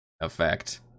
effect